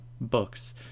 books